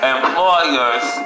Employers